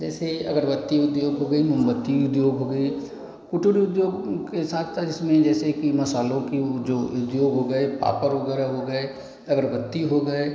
जैसे अगरबत्ती उद्योग हो गई मोमबत्ती उद्योग हो गई कुटूर उद्योग उनके के साथ था जिसमें जैसे कि मसालों की उ जो उद्योग हो गए पापड़ वगैरह हो गए अगरबत्ती हो गए